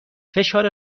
فشار